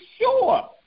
sure